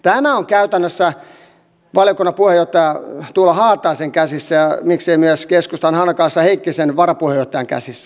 tämä on käytännössä valiokunnan puheenjohtaja tuula haataisen käsissä ja miksei myös keskustan hannakaisa heikkisen varapuheenjohtajan käsissä